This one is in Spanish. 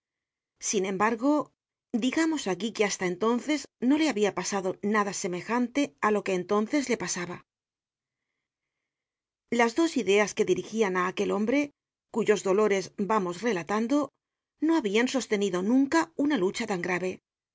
sin embargo digamos aquí que hasta entonces no le habia pasado nada semejante á lo que entonces le pasaba las dos ideas que dirigian á aquel hombre cuyos dolores vamos relatando no habian sostenido nunca una lucha tan grave